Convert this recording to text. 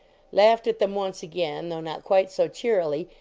laughed at them once again, though not quite so cheerily,